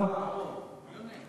שתקבע ועדת הכנסת נתקבלה.